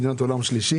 מדינת עולם שלישי?